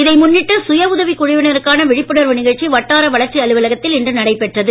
இதை முன்னிட்டு சுய உதவிக் குழுவினருக்கான விழிப்புணர்வு நிகழ்ச்சி வட்டார வளர்ச்சி அலுவலகத்தில் இன்று நடைபெற்றது